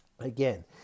again